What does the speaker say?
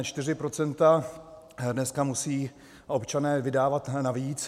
Čtyři procenta dneska musí občané vydávat navíc.